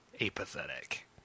apathetic